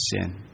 sin